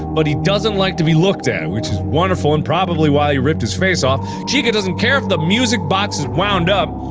but he doesn't like to be looked at. which is wonderful and probably why he ripped his face off. chica doesn't care if the music box is wound up,